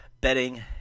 betting